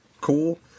Cool